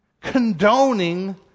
condoning